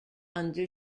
under